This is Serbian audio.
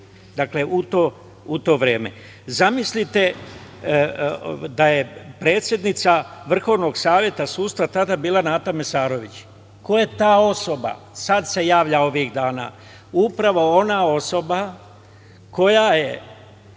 Najboljih u to vreme. Zamislite da je predsednica Vrhovnog saveta sudstva tada bila Nata Mesarović. Ko je ta osoba? Sada se javlja ovih dana, upravo ona osoba koja je